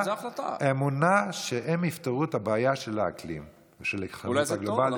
אמונה שהם יפתרו את הבעיה של האקלים ושל ההתחממות הגלובלית.